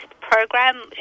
program